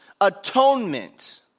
atonement